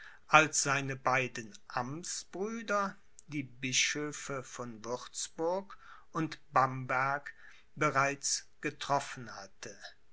als seine beiden amtsbrüder die bischöfe von würzburg und bamberg bereits getroffen hatte